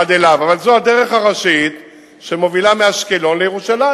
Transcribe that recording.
אבל זו הדרך הראשית שמובילה מאשקלון לירושלים.